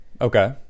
Okay